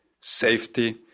safety